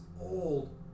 old